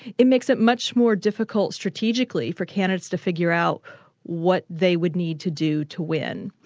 it makes it much more difficult strategically for candidates to figure out what they would need to do to win.